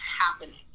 happening